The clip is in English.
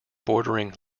bordering